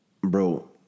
bro